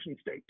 state